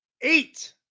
eight